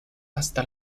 hasta